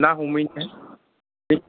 ना हमहैनो